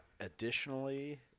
Additionally